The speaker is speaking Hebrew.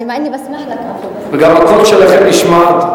וגם הקול שלכם נשמע.